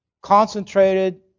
concentrated